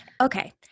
Okay